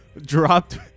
dropped